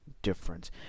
difference